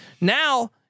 now